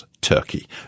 Turkey